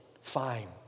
Fine